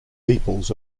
peoples